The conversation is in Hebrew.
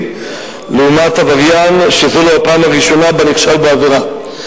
לעומת עבריין שזו לו הפעם הראשונה שבה נכשל בעבירה.